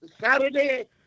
Saturday